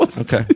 Okay